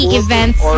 events